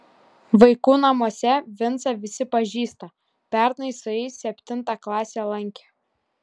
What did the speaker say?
vaikų namuose vincą visi pažįsta pernai su jais septintą klasę lankė